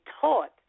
taught